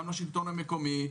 גם השלטון המקומי,